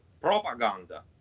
propaganda